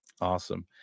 Awesome